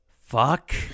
Fuck